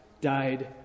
died